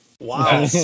Wow